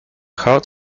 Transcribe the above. heart